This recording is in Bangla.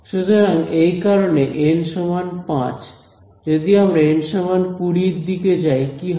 সুতরাং এই কারণে এন সমান 5 যদি আমরা এন সমান 20 এর দিকে যাই কি হবে